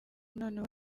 noneho